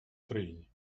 країні